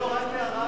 רק הערה.